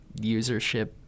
usership